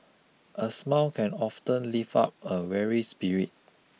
a smile can often lift up a weary spirit